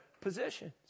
positions